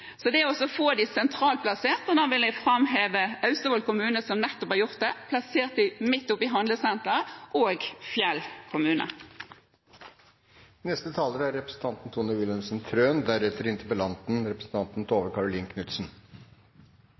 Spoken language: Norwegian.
det gjelder det å få institusjoner og omsorgsboliger sentralt plassert, vil jeg framheve Austevoll kommune, som nettopp har gjort det – plassert dem midt oppi handlesenteret – og Fjell